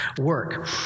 work